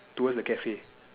towards the cafe